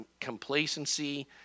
complacency